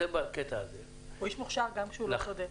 הוא איש מוכשר גם כשהוא לא צודק.